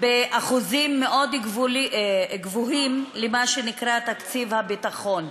באחוזים מאוד גבוהים למה שנקרא תקציב הביטחון?